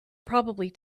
probably